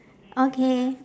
okay